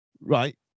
Right